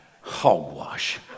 hogwash